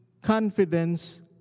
confidence